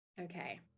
Okay